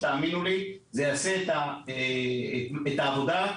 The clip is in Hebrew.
זה יעשה את העבודה.